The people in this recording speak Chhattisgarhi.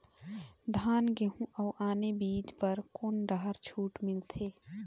धान गेहूं अऊ आने बीज बर कोन डहर छूट मिलथे?